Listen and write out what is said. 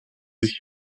sich